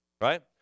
right